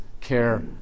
care